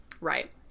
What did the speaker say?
Right